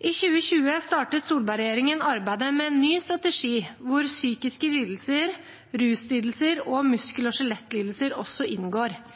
I 2020 startet Solberg-regjeringen arbeidet med en ny strategi, hvor psykiske lidelser, ruslidelser og muskel- og skjelettlidelser også inngår,